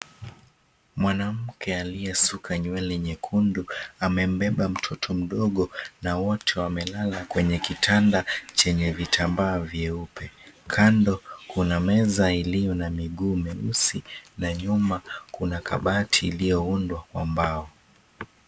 Mwanamke aliyesuka nywele nyekundu amembeba mtoto mdogo na wote wamelala kwenye kitanda chenye vitambaa vyeupe. Kando kuna meza iliyo na miguu meusi na nyuma kuna kabati iliyoundwa kwa mbao.